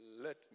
let